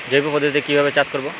জৈব পদ্ধতিতে কিভাবে চাষ করব?